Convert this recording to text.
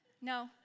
No